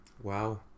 Wow